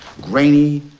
grainy